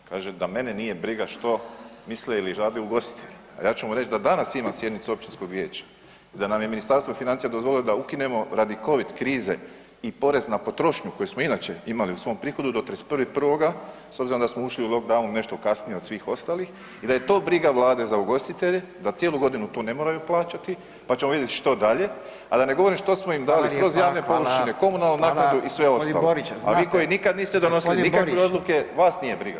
Kaže da mene nije briga što misle ili rade ugostitelji a ja ću mu reći da danas imam sjednicu općinskog vijeća i da nam je Ministarstvo financija dozvolilo da ukinemo radi COVID krize i porez na potrošnju koji smo inače imali u svom prihodu, do 31.1. s obzirom da smo ušli u lockdown nešto kasnije od svih ostalih i da je to briga Vlade za ugostitelje, da cijelu godinu to ne moraju plaćati pa ćemo vidjeti što dalje a da ne govorimo što smo im dali, kroz javne površine, komunalnu naknadu i sve ostalo [[Upadica Radin: Hvala.]] a vi koji nikad niste donosili nikakve odluke [[Upadica Radin: G. Borić.]] vas nije briga.